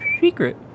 secret